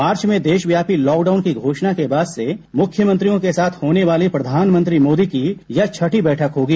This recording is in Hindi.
मार्च में देशव्यापी लॉकडाउन की घोषणा के बाद से मुख्यमंत्रियों के साथ होने वाली प्रधानमंत्री मोदी की यह छठी बैठक होगी